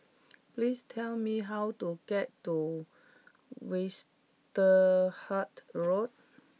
please tell me how to get to Westerhout Road